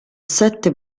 sette